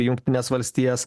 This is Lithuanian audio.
į jungtines valstijas